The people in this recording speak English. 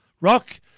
Rock